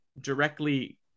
directly